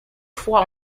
fois